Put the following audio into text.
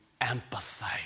empathize